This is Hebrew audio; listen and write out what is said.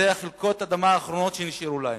אלה חלקות האדמה האחרונות שנשארו להם.